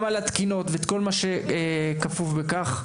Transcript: גם על התקינות ואת כל מה שכפוף לכך.